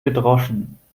gedroschen